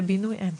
לבינוי אין,